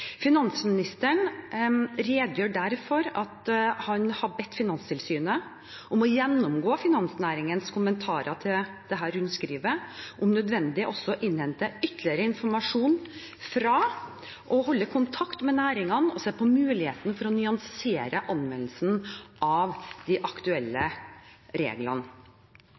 Finansministeren redegjør der for at han har bedt Finanstilsynet gjennomgå finansnæringens kommentarer til dette rundskrivet og om nødvendig også innhente ytterligere informasjon fra og holde kontakt med næringene og se på mulighetene for å nyansere anvendelsen av de aktuelle reglene.